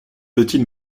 petit